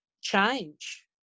change